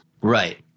right